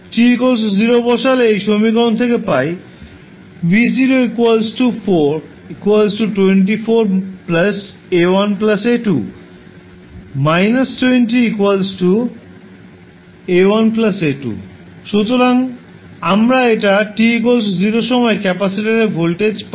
t 0 বসালে এই সমীকরণ থেকে পাই v 4 24 A1 A2 −20 A1 A2 সুতরাং আমরা এটা t 0 সময়ে ক্যাপাসিটর এর ভোল্টেজ থেকে পাই